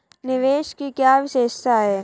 निवेश की क्या विशेषता है?